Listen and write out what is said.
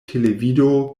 televido